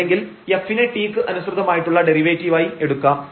അല്ലെങ്കിൽ f നെ t ക്ക് അനുസൃതമായിട്ടുള്ള ഡെറിവേറ്റീവായി എടുക്കാം